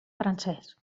francès